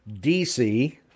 DC